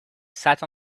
sat